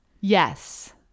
Yes